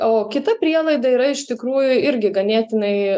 o kita prielaida yra iš tikrųjų irgi ganėtinai